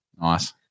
Nice